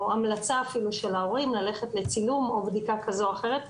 המלצה אפילו של ההורים ללכת לצילום או בדיקה כזו או אחרת.